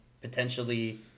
potentially